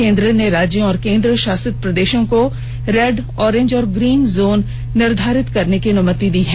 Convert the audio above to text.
केन्द्र ने राज्यों और केन्द्र शासित प्रदेशों को रेड ऑरेंज और ग्रीन जोन निर्धारित करने की अनुमति दी है